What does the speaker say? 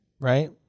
Right